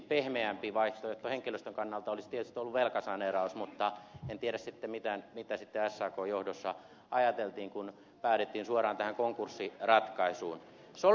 pehmeämpi vaihtoehto henkilöstön kannalta olisi tietysti ollut velkasaneeraus mutta en tiedä sitten mitä sakn johdossa ajateltiin kun päädyttiin suoraan tähän konkurssiratkaisuun